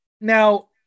now